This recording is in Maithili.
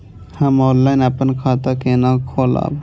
हम ऑनलाइन अपन खाता केना खोलाब?